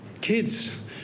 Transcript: Kids